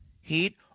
heat